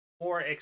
more